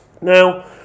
Now